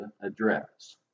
address